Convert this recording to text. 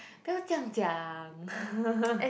不要这样讲